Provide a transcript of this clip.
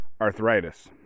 arthritis